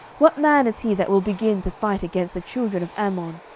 what man is he that will begin to fight against the children of ammon?